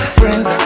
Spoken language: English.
friends